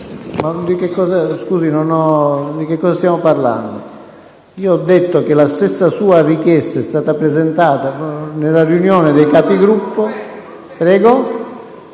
ma di cosa stiamo parlando? Ho detto che la sua stessa richiesta e` stata presentata nella riunione dei Capigruppo.